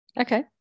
okay